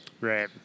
Right